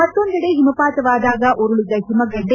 ಮತೊಂದೆಡೆ ಹಿಮಪಾತವಾದಾಗ ಉರುಳದ ಹಿಮಗಡ್ನೆ